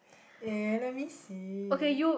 eh let me see